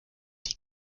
die